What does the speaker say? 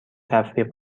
تفریح